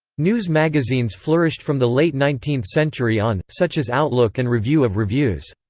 news magazines flourished from the late nineteenth century on, such as outlook and review of reviews.